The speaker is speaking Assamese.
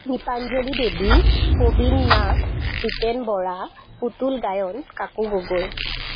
দীপাঞ্জলী দেৱী পবীন নাথ জীতেন বৰা পুতুল গায়ন কাকু গগৈ